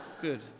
Good